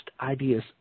ideas